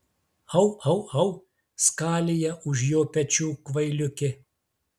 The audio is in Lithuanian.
au au au skalija už jo pečių kvailiukė